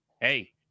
Hey